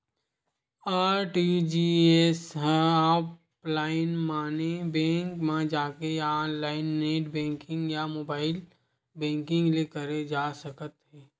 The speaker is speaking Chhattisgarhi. आर.टी.जी.एस ह ऑफलाईन माने बेंक म जाके या ऑनलाईन नेट बेंकिंग या मोबाईल बेंकिंग ले करे जा सकत हे